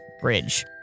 Bridge